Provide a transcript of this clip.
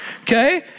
okay